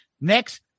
Next